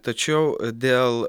tačiau dėl